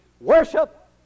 worship